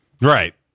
Right